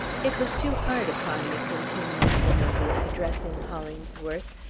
it was too hard upon me, continued zenobia, addressing hollingsworth,